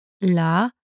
la